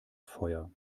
feuer